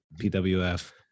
PWF